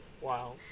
Wow